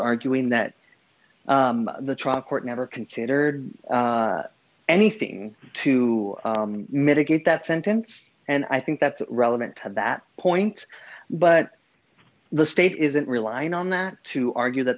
arguing that the trial court never considered anything to mitigate that sentence and i think that's relevant to that point but the state isn't relying on that to argue that